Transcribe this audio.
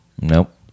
Nope